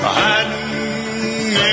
hiding